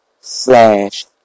Slash